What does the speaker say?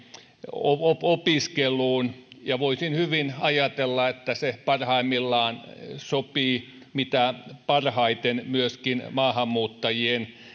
opiskeluun ja voisin hyvin ajatella että se parhaimmillaan sopii mitä parhaiten myöskin maahanmuuttajien